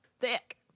thick